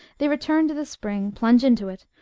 they return to the spring, plunge into it,